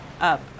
up